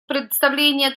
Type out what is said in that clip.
представление